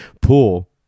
Pool